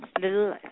little